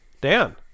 Dan